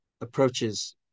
approaches